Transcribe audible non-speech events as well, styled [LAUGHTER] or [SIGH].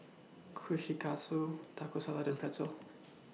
Kushikatsu Taco Salad and Pretzel [NOISE]